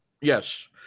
Yes